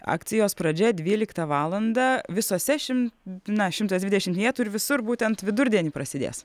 akcijos pradžia dvyliktą valandą visose na šimtas dvidešimt vietų ir visur būtent vidurdienį prasidės